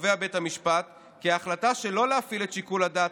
קובע בית המשפט כי ההחלטה שלא להפעיל את שיקול הדעת